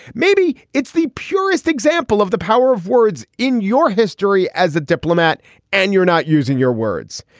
maybe it's the purest example of the power of words in your history as a diplomat and you're not using your words.